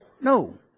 no